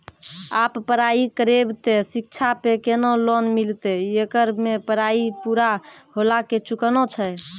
आप पराई करेव ते शिक्षा पे केना लोन मिलते येकर मे पराई पुरा होला के चुकाना छै?